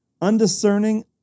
undiscerning